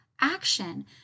action